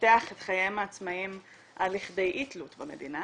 לפתח את חייהם העצמאיים עד לכדי אי תלות במדינה.